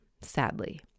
sadly